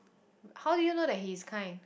how do you know that he is kind